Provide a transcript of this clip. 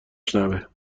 شنوه